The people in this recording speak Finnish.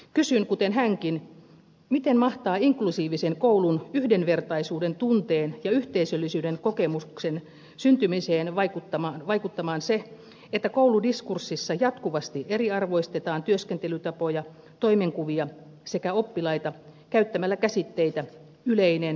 kysyn kuten hänkin miten mahtaa inklusiivisen koulun yhdenvertaisuuden tunteen ja yhteisöllisyyden kokemuksen syntymiseen vaikuttaa se että kouludiskurssissa jatkuvasti eriarvoistetaan työskentelytapoja toimenkuvia sekä oppilaita käyttämällä käsitteitä yleinen ja erityinen